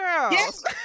girls